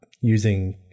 using